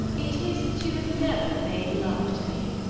it is that you have never made love to me.